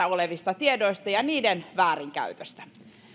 olevista tiedoista ja niiden väärinkäytöstä